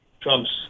Trump's